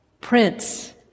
Prince